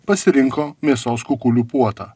pasirinko mėsos kukulių puotą